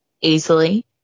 easily